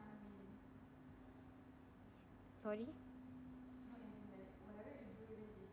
sorry